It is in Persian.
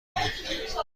بود